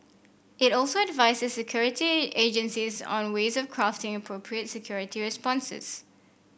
it also advises security agencies on ways of crafting appropriate security responses